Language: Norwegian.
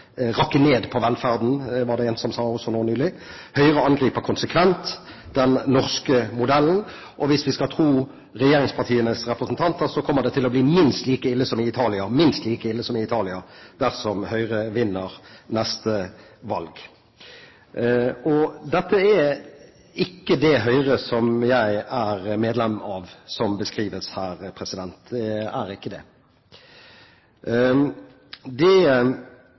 rakke ned på velferden, var det en som også sa nå nylig – Høyre angriper «konsekvent» den norske modellen, og hvis vi skal tro regjeringspartienes representanter, kommer det til å bli minst like ille som i Italia dersom Høyre vinner neste valg. Det er ikke det Høyre som jeg er medlem av, som beskrives her. Det er ikke det. Det